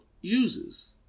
uses